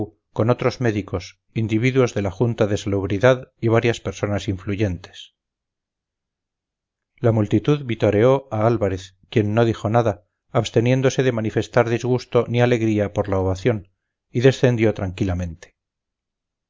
con otros médicos individuos de la junta de salubridad y varias personas influyentes la multitud vitoreó a álvarez quien no dijo nada absteniéndose de manifestar disgusto ni alegría por la ovación y descendió tranquilamente